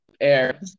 Air